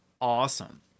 awesome